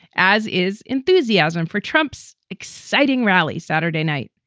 as is enthusiasm for trump's exciting rally saturday night.